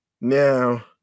Now